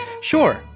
Sure